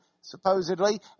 supposedly